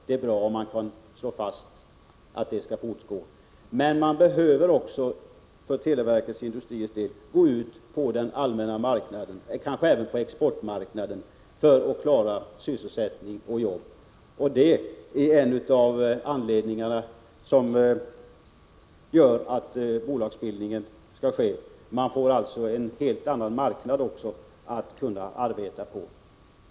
Det är bra om vi kan slå fast att detta skall fortgå. Men televerkets industrier behöver också gå ut på den allmänna marknaden, kanske även på exportmarknaden, för att klara sysselsättning och jobb. Det är en av anledningarna till bolagsbildningen. Man får alltså också en helt annan marknad att arbeta på.